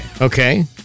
Okay